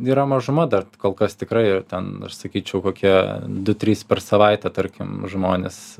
yra mažuma dar kol kas tikrai ir ten aš sakyčiau kokie du trys per savaitę tarkim žmonės